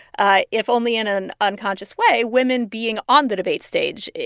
ah if only in an unconscious way, women being on the debate stage,